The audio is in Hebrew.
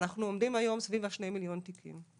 אנחנו עומדים היום סביב ה-2 מיליון תיקים.